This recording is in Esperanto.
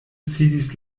sidis